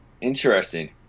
Interesting